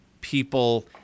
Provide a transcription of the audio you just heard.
people